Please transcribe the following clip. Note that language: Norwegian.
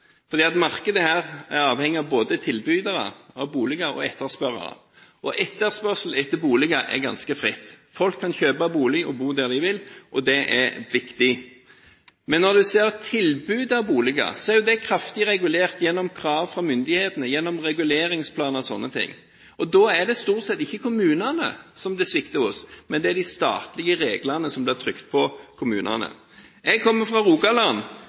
markedet er avhengig av både tilbydere av boliger og av de som etterspør, og etterspørsel etter boliger er ganske fritt. Folk kan kjøpe bolig og bo der de vil, og det er viktig. Men når du ser på tilbudet av boliger, er det kraftig regulert gjennom krav fra myndighetene, gjennom reguleringsplaner og slike ting. Da er det stort sett ikke kommunene som det svikter hos, men det er de statlige reglene som blir trykt på kommunene. Jeg kommer fra Rogaland.